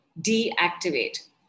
deactivate